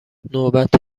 نوبت